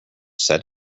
set